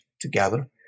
together